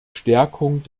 stärkung